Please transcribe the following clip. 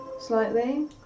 slightly